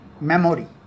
memory